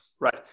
right